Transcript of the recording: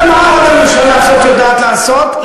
מה עוד הממשלה הזאת יודעת לעשות?